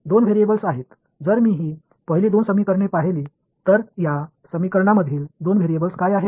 दोन व्हेरिएबल्स आहेत जर मी ही पहिली दोन समीकरणे पाहिली तर या समीकरणांमधील दोन व्हेरिएबल्स काय आहेत